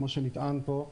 כמו שנטען פה,